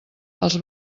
els